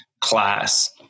class